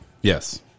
Yes